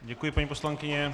Děkuji, paní poslankyně.